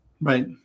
Right